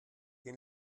den